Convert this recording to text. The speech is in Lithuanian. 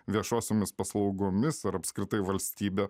viešosiomis paslaugomis ar apskritai valstybe